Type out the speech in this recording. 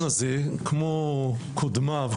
כמו קודמו,